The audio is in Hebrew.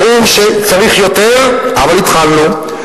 ברור שצריך יותר, אבל התחלנו,